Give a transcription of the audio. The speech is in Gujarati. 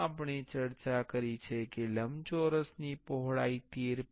જેમ આપણે ચર્ચા કરી છે કે લંબચોરસની પહોળાઇ 13